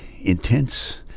intense